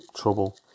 trouble